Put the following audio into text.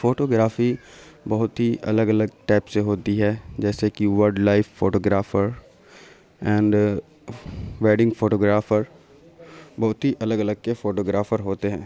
photography بہت ہی الگ الگ ٹائپ سے ہوتی ہے جیسے کہ wildlife photographer and wedding photographer بہت ہی الگ الگ کے فوٹوگرافر ہوتے ہیں